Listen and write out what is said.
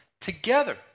together